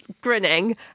grinning